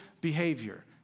behavior